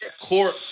Court